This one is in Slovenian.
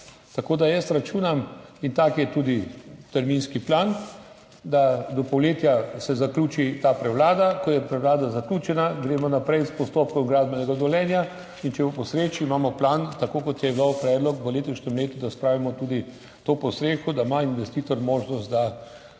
prevlade. Jaz računam in tak je tudi terminski plan, da se do poletja zaključi ta prevlada, ko je prevlada zaključena, gremo naprej s postopkom gradbenega dovoljenja in če bo po sreči, imamo plan, tak kot je bil predlog v letošnjem letu, da spravimo tudi to pod streho, da ima investitor možnost, da